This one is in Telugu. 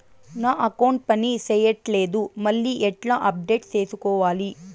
నా అకౌంట్ పని చేయట్లేదు మళ్ళీ ఎట్లా అప్డేట్ సేసుకోవాలి?